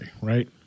Right